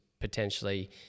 potentially